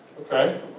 Okay